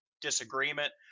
disagreement